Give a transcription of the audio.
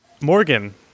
Morgan